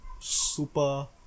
super